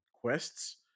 Quests